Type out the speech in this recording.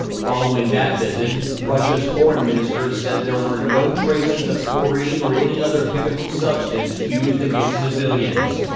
following that visit, russia's foreign minister said there were no traces of chlorine or any other chemical substance used against civilians.